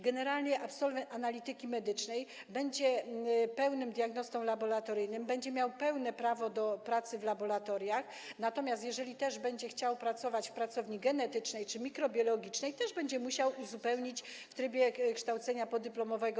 Generalnie absolwent analityki medycznej będzie pełnym diagnostą laboratoryjnym, będzie miał pełne prawo do pracy w laboratoriach, natomiast jeżeli będzie chciał pracować w pracowni genetycznej czy mikrobiologicznej, będzie musiał uzupełnić swoje kwalifikacje w trybie kształcenia podyplomowego.